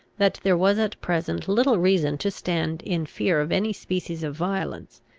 that there was at present little reason to stand in fear of any species of violence,